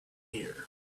here